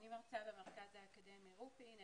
אני מרצה במרכז האקדמי רופין,